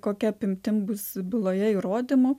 kokia apimtim bus byloje įrodymų